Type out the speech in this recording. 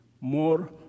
more